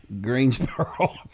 Greensboro